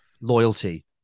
loyalty